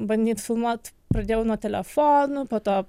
bandyt filmuot pradėjau nuo telefonų po to